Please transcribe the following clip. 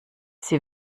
sie